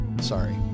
sorry